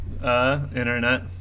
Internet